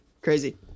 crazy